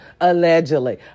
Allegedly